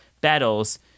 battles